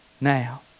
Now